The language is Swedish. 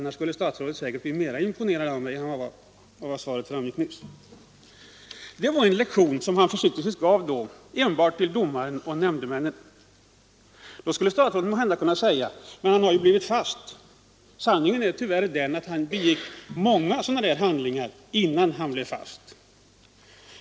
Jag kan inte tekniken och kan därför inte återge uppvisningen inför kammaren. Annars skulle statsrådet säkert bli mera imponerad av mig än han var nyss. Statsrådet säger måhända att mannen åkte ju fast. Sanningen är tyvärr den att han begick många sådana här bedrägerier innan han åkte fast.